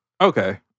Okay